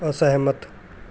ਅਸਹਿਮਤ